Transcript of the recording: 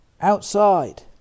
outside